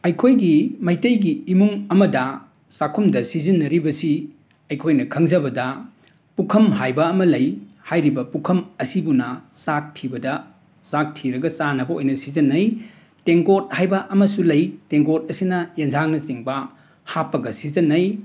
ꯑꯩꯈꯣꯏꯒꯤ ꯃꯩꯇꯩꯒꯤ ꯏꯃꯨꯡ ꯑꯃꯗ ꯆꯥꯛꯈꯨꯝꯗ ꯁꯤꯖꯤꯟꯅꯔꯤꯕꯁꯤ ꯑꯩꯈꯣꯏꯅ ꯈꯪꯖꯕꯗ ꯄꯨꯈꯝ ꯍꯥꯏꯕ ꯑꯃ ꯂꯩ ꯍꯥꯏꯔꯤꯕ ꯄꯨꯈꯝ ꯑꯁꯤꯕꯨꯅ ꯆꯥꯛ ꯊꯤꯕꯗ ꯆꯥꯛ ꯊꯤꯔꯒ ꯆꯥꯅꯕ ꯑꯣꯏꯅ ꯁꯤꯖꯤꯟꯅꯩ ꯇꯦꯡꯒꯣꯠ ꯍꯥꯏꯕ ꯑꯃꯁꯨ ꯂꯩ ꯇꯦꯡꯒꯣꯠ ꯑꯁꯤꯅ ꯑꯦꯟꯖꯥꯡꯅꯆꯤꯡꯕ ꯍꯥꯞꯄꯒ ꯁꯤꯖꯤꯟꯅꯩ